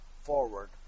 forward